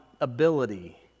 ability